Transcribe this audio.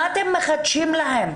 מה אתם מחדשים להם?